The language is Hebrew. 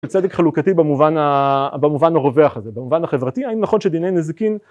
צדק חלוקתי במובן במובן הרווח הזה, במובן החברתי האם נכון שדיני נזקין